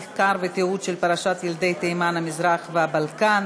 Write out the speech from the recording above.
מחקר ותיעוד של פרשת ילדי תימן המזרח והבלקן,